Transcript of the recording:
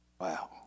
Wow